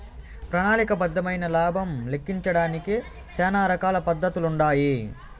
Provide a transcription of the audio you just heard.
ప్రణాళిక బద్దమైన లాబం లెక్కించడానికి శానా రకాల పద్దతులుండాయి